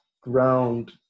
ground